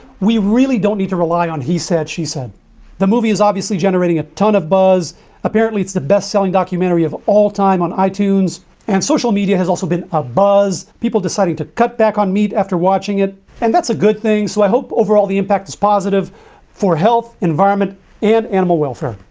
we really don't need to rely on he-said she-said the movie is obviously generating a ton of buzz apparently it's the best-selling documentary of all time on itunes and social media has also been abuzz people deciding to cut back on meat after watching it and that's a good thing so i hope overall the impact is positive for health environment and animal welfare.